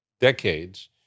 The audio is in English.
decades